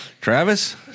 travis